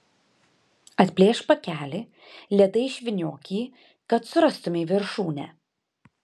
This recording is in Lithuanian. atplėšk pakelį lėtai išvyniok jį kad surastumei viršūnę